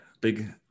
big